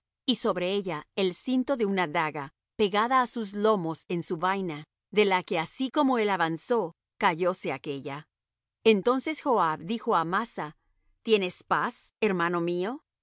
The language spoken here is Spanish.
y sobre ella el cinto de una daga pegada á sus lomos en su vaina de la que así como él avanzó cayóse aquélla entonces joab dijo á amasa tienes paz hermano mío